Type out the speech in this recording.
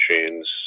machines